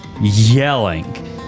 yelling